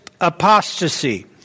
apostasy